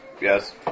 yes